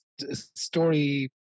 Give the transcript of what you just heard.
story